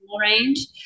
range